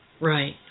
Right